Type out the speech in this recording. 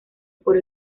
por